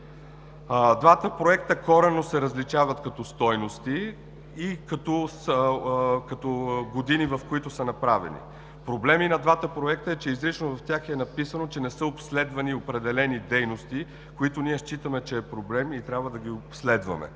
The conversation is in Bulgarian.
Двата проекта коренно се различават като стойности и като години, в които са направени. Проблем и на двата проекта е, че изрично в тях е написано, че не са обследвани определени дейности, които ние считаме, че е проблем и трябва да ги обследваме.